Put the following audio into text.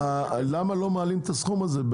למה לא מעלים את הסכום הזה?